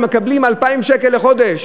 הם מקבלים 2,000 שקל לחודש.